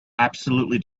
absolutely